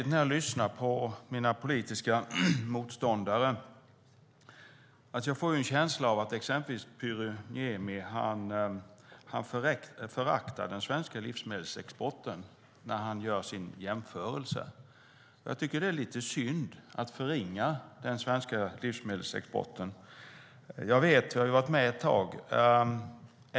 När jag lyssnar på mina politiska motståndare får jag en känsla av att exempelvis Pyry Niemi föraktar den svenska livsmedelsexporten när han gör sin jämförelse. Det är lite synd att förringa den svenska livsmedelsexporten. Jag har varit med ett tag.